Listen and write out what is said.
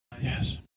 Yes